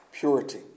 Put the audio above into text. Purity